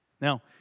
Now